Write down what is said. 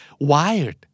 Wired